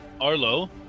Arlo